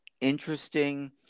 interesting